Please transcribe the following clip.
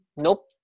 nope